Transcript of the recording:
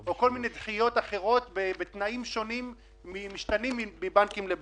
או כל מיני דחיות אחרות בתנאים משתנים מבנקים לבנקים.